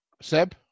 Seb